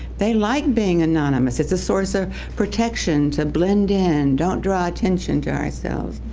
they like being anonymous. it's a source of protection to blend in. don't draw attention to ourselves,